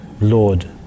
Lord